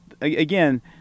again